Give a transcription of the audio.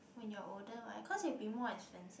when you're older right cause it'll be more expensive